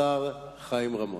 השר חיים רמון.